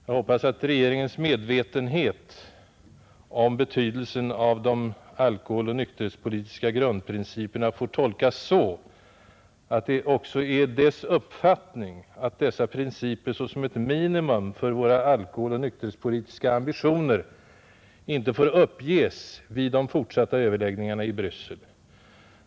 Jag hoppas att regeringens medvetenhet om betydelsen av de alkoholoch nykterhetspolitiska grundprinciperna får tolkas så, att det också är dess uppfattning att dessa principer såsom ett minimum för våra alkoholoch nykterhetspolitiska ambitioner inte får uppgivas vid de fortsatta överläggningarna i Bryssel.